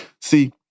See